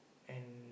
and